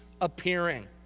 appearing